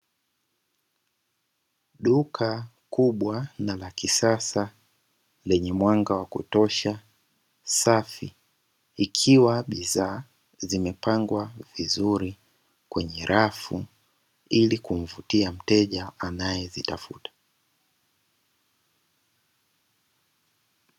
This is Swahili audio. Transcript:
Duka kubwa na la kisasa lenye mwanga wa kutosha, safi, ikiwa bidhaa zimepangwa vizuri kwenye rafu ili kumvutia mteja anaezitafuta.